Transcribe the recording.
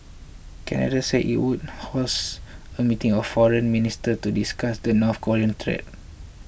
Canada said it would host a meeting of foreign ministers to discuss the North Korean threat